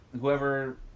whoever